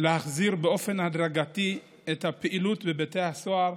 להחזיר באופן הדרגתי את הפעילות בבתי הסוהר,